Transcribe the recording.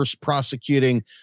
prosecuting